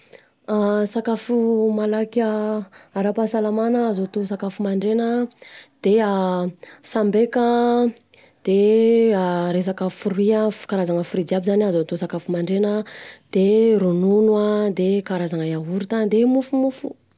Sakafo malaky an, ara-pahasalamana azo atao sakafo mandregna de sambeka de resaka fruit an, karazana fruit jiaby zany azo atao sakafo mandregna, de ronono an, de karazana yaorta de mofomofo.